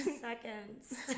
seconds